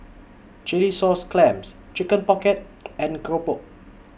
Chilli Sauce Clams Chicken Pocket and Keropok